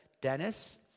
Dennis